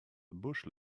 bush